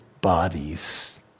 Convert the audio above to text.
bodies